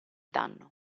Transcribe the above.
danno